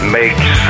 makes